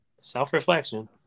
Self-reflection